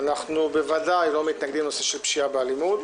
אנחנו בוודאי לא מתנגדים לנושא של מלחמה בפשיעה ובאלימות